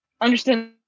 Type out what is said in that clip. understand